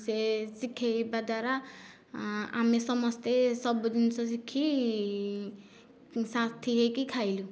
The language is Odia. ସେ ଶିଖାଇବା ଦ୍ୱାରା ଆମେ ସମସ୍ତେ ସବୁ ଜିନିଷ ଶିଖି ସାଥି ହୋଇକି ଖାଇଲୁ